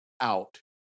out